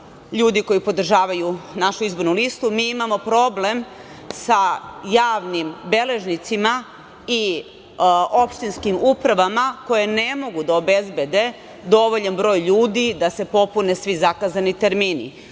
ljudi koji podržavaju našu izbornu listu. Mi imamo problem sa javnim beležnicima i opštinskim upravama koje ne mogu da obezbede dovoljan broj ljudi da se popune svi zakazani termini.